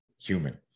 human